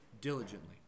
diligently